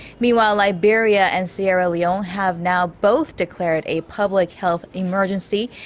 meanwhile. liberia and sierra leone have now both declared a public health emergency.